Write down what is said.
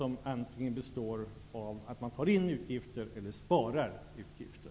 Man måste antingen ta in pengar eller spara på utgifter.